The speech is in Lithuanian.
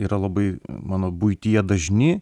yra labai mano buityje dažni